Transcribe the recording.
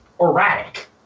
erratic